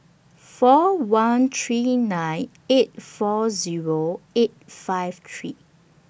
four one three nine eight four Zero eight five three